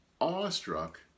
awestruck